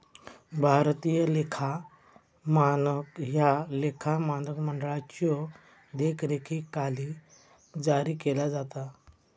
भारतीय लेखा मानक ह्या लेखा मानक मंडळाच्यो देखरेखीखाली जारी केला जाता